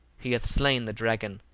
he hath slain the dragon,